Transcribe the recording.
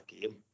game